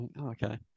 Okay